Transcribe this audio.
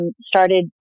started